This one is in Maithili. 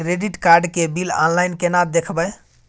क्रेडिट कार्ड के बिल ऑनलाइन केना देखबय?